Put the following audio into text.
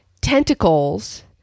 tentacles